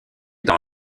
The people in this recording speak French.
dans